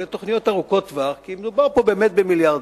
אלה תוכניות ארוכות-טווח כי מדובר פה באמת במיליארדים.